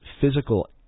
physical